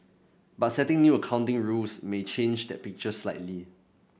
but setting new accounting rules may change that picture slightly